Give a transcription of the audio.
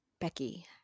Becky